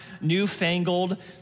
newfangled